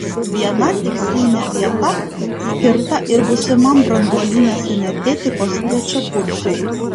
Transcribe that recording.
viena tikslinė vieta skirta ir būsimam branduolinės energetikos trečiakursiui